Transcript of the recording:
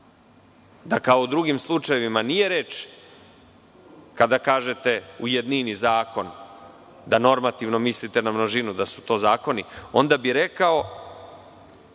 da, kao u drugim slučajevima, nije reč kada kažete u jednini zakon da normativno mislite na množinu, da su to zakoni, onda bi rekao